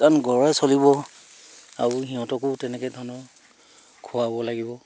কাৰণ ঘৰেই চলিব আৰু সিহঁতকো তেনেকৈ ধৰণৰ খুৱাব লাগিব